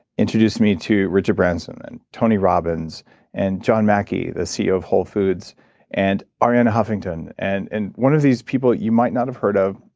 introduced me to richard branson and tony robbins and john mackey the ceo of whole foods and arianna huffington and and one of these people you might not have heard of,